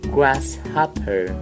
Grasshopper